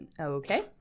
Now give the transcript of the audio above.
okay